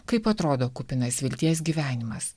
kaip atrodo kupinas vilties gyvenimas